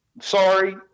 sorry